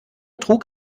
trug